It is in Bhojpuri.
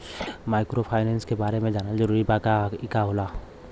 माइक्रोफाइनेस के बारे में जानल जरूरी बा की का होला ई?